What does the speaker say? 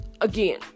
Again